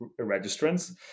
registrants